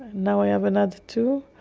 now i have another two,